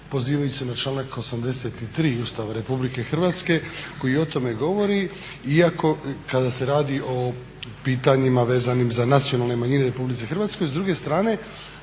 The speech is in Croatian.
pozivajući se na članak 83. Ustava RH koji o tome govori iako kada se radi o pitanjima vezanim za nacionalne manjine u RH. S druge strane